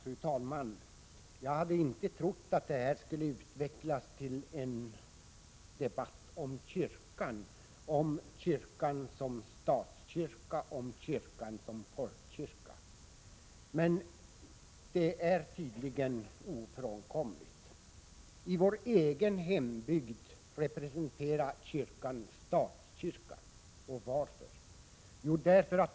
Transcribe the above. Fru talman! Jag hade inte trott att det här skulle utvecklas till en debatt om kyrkan — om kyrkan som statskyrka och som folkkyrka, men det är tydligen ofrånkomligt. I min hembygd står begreppet kyrkan för statskyrkan. Varför det?